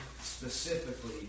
specifically